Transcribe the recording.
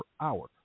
hour